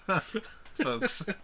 folks